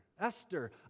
Esther